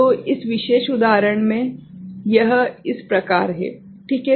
तो इस विशेष उदाहरण में यह इस प्रकार है ठीक है